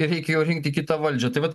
reikia jau rinkti kitą valdžią tai vat